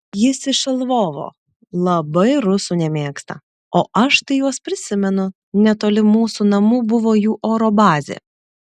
jis iš lvovo labai rusų nemėgsta o aš tai juos prisimenu netoli mūsų namų buvo jų oro bazė